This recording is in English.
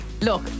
Look